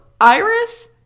Iris